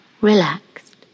relaxed